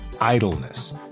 Idleness